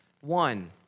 One